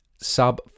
sub